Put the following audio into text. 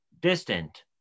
distant